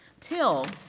till,